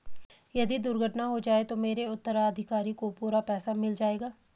यदि दुर्घटना हो जाये तो मेरे उत्तराधिकारी को पूरा पैसा मिल जाएगा?